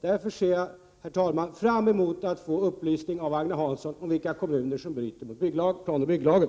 Därför ser jag fram emot att få upplysning av Agne Hansson om vilka kommuner som bryter mot planoch bygglagen.